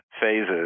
phases